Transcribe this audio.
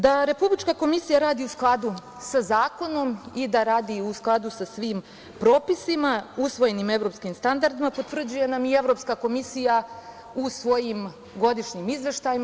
Da Republička komisija radi u skladu sa zakonom i da radi u skladu sa svim propisima, usvojenim evropskim standardima, potvrđuje nam i Evropska komisija u svojim godišnjim izveštajima.